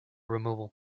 removal